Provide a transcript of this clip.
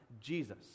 Jesus